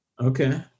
Okay